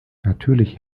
natürlich